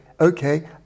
Okay